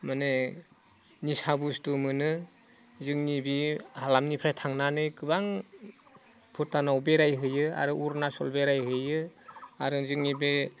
माने निसा बुस्थु मोनो जोंनि बे हालामनिफ्राय थांनानै गोबां भुटानाव बेरायहैयो आरो अरुनाचल बेरायहैयो आरो जोंनि बे